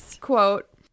quote